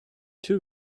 two